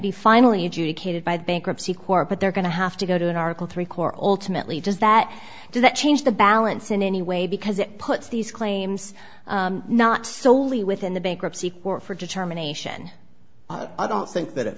be finally adjudicated by the bankruptcy court but they're going to have to go to an article three court ultimately does that does that change the balance in any way because it puts these claims not solely within the bankruptcy court for determination i don't think that